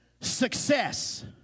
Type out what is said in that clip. success